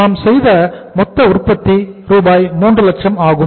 நாம் செய்த மொத்த உற்பத்தி ரூபாய் 3 லட்சம் ஆகும்